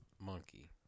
Monkey